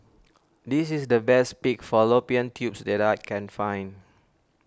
this is the best Pig Fallopian Tubes that I can find